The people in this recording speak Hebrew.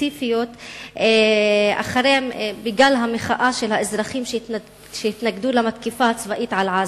ספציפיות אחרי גל המחאה של האזרחים שהתנגדו למתקפה הצבאית על עזה.